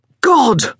God